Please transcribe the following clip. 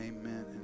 amen